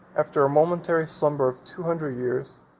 after a momentary slumber of two hundred years,